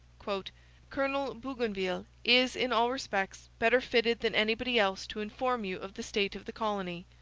colonel bougainville is, in all respects, better fitted than anybody else to inform you of the state of the colony.